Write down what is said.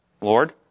Lord